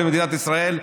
למדינת ישראל,